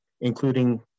including